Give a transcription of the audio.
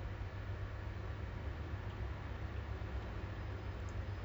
ah tak apa lah you know just make do with what we have right now lah you know